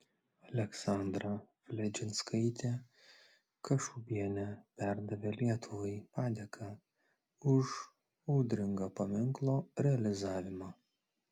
aleksandra fledžinskaitė kašubienė perdavė lietuvai padėką už audringą paminklo realizavimą